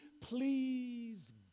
please